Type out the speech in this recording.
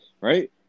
Right